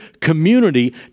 community